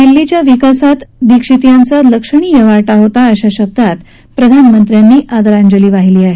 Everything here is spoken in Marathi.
दिल्लीच्या विकासात लक्षणीय वाटा होता अशा शब्दात प्रधानमंत्र्यांनी आदरांजली वाहिली आहे